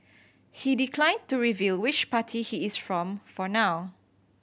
he declined to review which party he is from for now